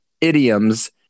idioms